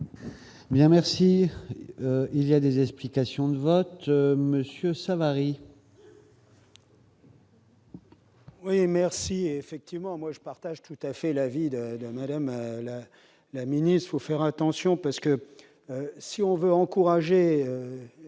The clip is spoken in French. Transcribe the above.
Bien, merci, il y a des explications de vote Monsieur Savary. Oui merci effectivement moi je partage tout à fait l'avis de de Madame la la ministre offert attention parce que si on veut encourager